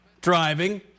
driving